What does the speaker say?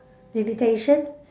limitation